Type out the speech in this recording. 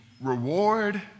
reward